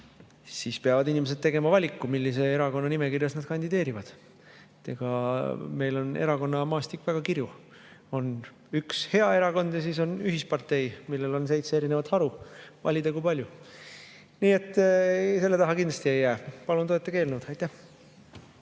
– peavad inimesed tegema valiku, millise erakonna nimekirjas nad kandideerivad. Meil on erakonnamaastik väga kirju, on üks hea erakond ja siis on ühispartei, millel on seitse erinevat haru. Valikut kui palju! Nii et selle taha see kindlasti ei jää. Palun toetage eelnõu! Aitäh,